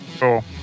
cool